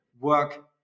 work